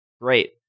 Great